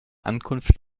ankunft